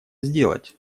сделать